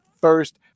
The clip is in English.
first